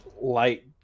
light